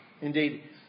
Indeed